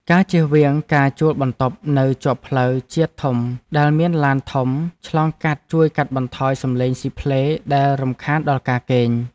ការចៀសវាងការជួលបន្ទប់នៅជាប់ផ្លូវជាតិធំដែលមានឡានធំឆ្លងកាត់ជួយកាត់បន្ថយសំឡេងស៊ីផ្លេដែលរំខានដល់ការគេង។